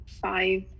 five